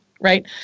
right